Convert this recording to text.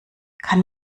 kann